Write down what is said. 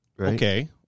Okay